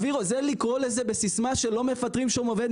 זה לקרוא לזה בסיסמה של לא מפטרים שום עובד,